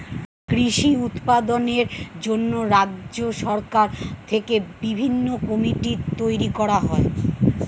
কৃষি উৎপাদনের জন্য রাজ্য সরকার থেকে বিভিন্ন কমিটি তৈরি করা হয়